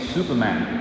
Superman